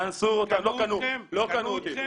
לא קנו אותי.